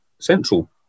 Central